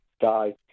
die